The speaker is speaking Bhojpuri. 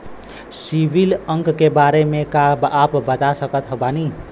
सिबिल अंक के बारे मे का आप बता सकत बानी?